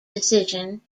decision